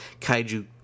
Kaiju